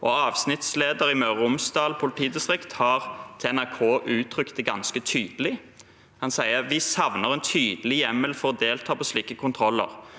Avsnittsleder i Møre og Romsdal politidistrikt har til NRK uttrykt det ganske tydelig. Han sier: «Vi savner en tydelig hjemmel for å delta på slike kontroller.